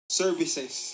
services